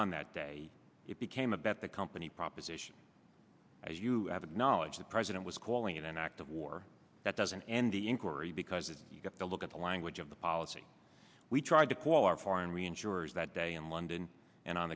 on that day it became a bet the company proposition as you have acknowledged the president was calling it an act of war that doesn't n d inquiry because if you have to look at the language of the policy we tried to call our foreign reinsurers that day in london and on